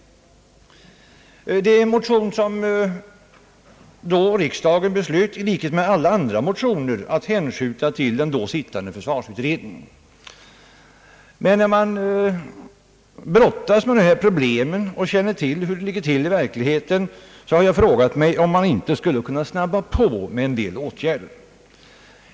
Riksdagen beslöt då att — liksom fallet var med så många andra motioner — hänskjuta den till den då sittande försvarsutredningen. Men när man brottas med dessa problem och vet hur det ligger till i verkligheten, har jag frågat mig om man inte skulle kunna skynda på med en del åtgärder.